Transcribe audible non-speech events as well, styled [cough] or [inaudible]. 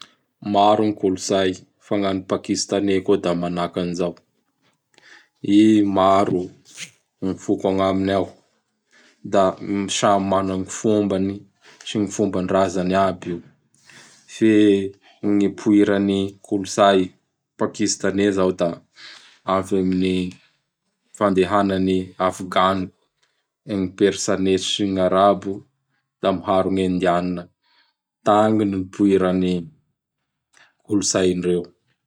Maro gny kolotsay fa gn'an'i Pakistanais koa da manahaky an zao. [noise] I maro [noise] gn foko agnaminy ao. [noise] Da samy mana ny fombany sy gn fombandrazany aby io. [noise] Fe gn'iporan'i Kolotsay Pakisatanais zao da [noise] avy [noise] amin'ny [noise] [noise] fandehanan'i Afgany, gn Persanais sy gn'Arabo [noise] da miharo [noise] gn'Indianina. [noise] Tagny gny niporan'ny kolotsaindreo. [noise]